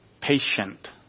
patient